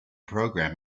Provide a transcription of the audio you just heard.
program